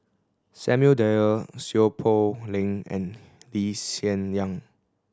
Samuel Dyer Seow Poh Leng and Lee Hsien Yang